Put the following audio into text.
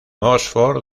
oxford